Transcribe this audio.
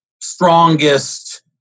strongest